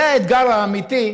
זה האתגר האמיתי,